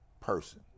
person